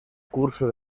curso